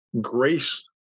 grace